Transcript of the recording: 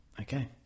Okay